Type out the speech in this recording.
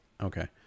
Okay